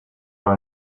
are